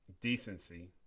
decency